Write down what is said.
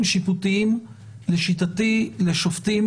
יושב-ראש הוועדה על הבאת החוק בחוק ההסדרים.